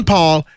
Paul